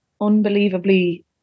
unbelievably